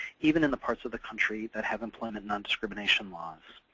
even in the parts of the country that have employment nondiscrimination laws.